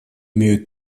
имеют